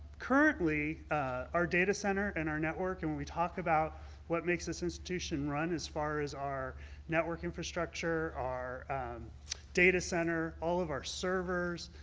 currently our data center and our network and we talk about what makes this institution run as far as our network infrastructure, our data center, all of our servers,